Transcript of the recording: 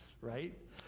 right